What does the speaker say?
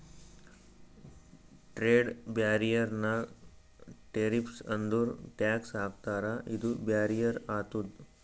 trade barrier ನಾಗ್ tariffs ಅಂದುರ್ tax ಹಾಕ್ತಾರ ಇದು ಬ್ಯಾರಿಯರ್ ಆತುದ್